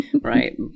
right